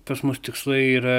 pas mus tikslai yra